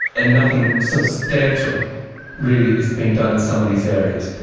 and nothing substantial really is being done in some of these areas.